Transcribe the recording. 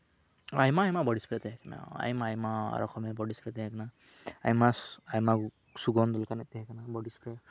ᱟᱭᱢᱟ ᱟᱭᱢᱟ body spray ᱛᱟᱦᱮᱸ ᱠᱟᱱᱟ ᱟᱭᱢᱟ ᱟᱭᱢᱟ ᱨᱚᱠᱚᱢᱮᱨ ᱵᱚᱰᱤ ᱥᱯᱨᱮ ᱛᱟᱦᱮᱸ ᱠᱟᱱᱟ ᱟᱭᱢᱟ ᱟᱭᱢᱟ ᱥᱩᱜᱚᱱᱫᱷᱚ ᱞᱮᱠᱟᱱᱟᱜ ᱛᱟᱦᱮᱸ ᱠᱟᱱᱟ ᱵᱚᱰᱤ ᱥᱯᱨᱮ